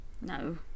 No